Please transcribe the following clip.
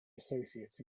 associates